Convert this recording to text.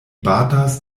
batas